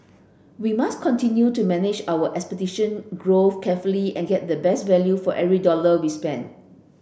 we must continue to manage our growth carefully and get the best value for every dollar we spend